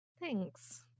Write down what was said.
Thanks